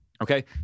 Okay